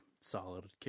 solid